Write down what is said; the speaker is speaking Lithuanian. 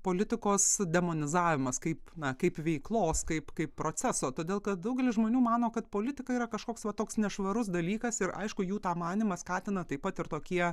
politikos demonizavimas kaip na kaip veiklos kaip kaip proceso todėl kad daugelis žmonių mano kad politika yra kažkoks va toks nešvarus dalykas ir aišku jų tą manymą skatina taip pat ir tokie